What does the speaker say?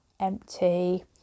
empty